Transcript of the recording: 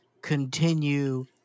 continue